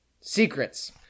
Secrets